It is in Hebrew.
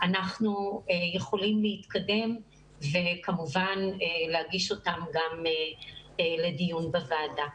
אנחנו יכולים להתקדם וכמובן להגיש אותן גם לדיון בוועדה.